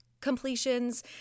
completions